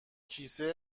کیسه